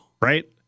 Right